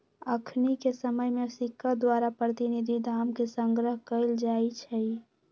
अखनिके समय में सिक्का द्वारा प्रतिनिधि दाम के संग्रह कएल जाइ छइ